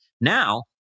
Now